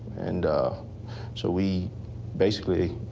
and so we basically